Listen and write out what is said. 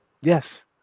yes